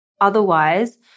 Otherwise